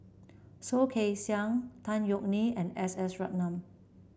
Soh Kay Siang Tan Yeok Nee and S S Ratnam